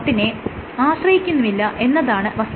നെ ആശ്രയിക്കുന്നുമില്ല എന്നതാണ് വസ്തുത